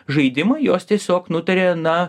žaidimą jos tiesiog nutarė na